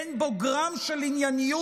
אין בו גרם של ענייניות,